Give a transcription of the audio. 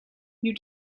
you